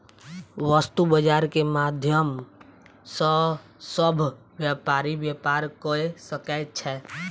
वस्तु बजार के माध्यम सॅ सभ व्यापारी व्यापार कय सकै छै